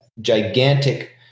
gigantic